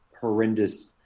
horrendous